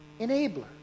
Enabler